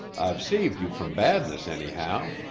i've saved you from badness, anyhow.